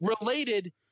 Related